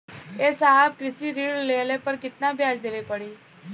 ए साहब कृषि ऋण लेहले पर कितना ब्याज देवे पणी?